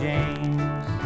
James